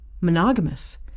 monogamous